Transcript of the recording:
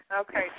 Okay